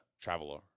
traveler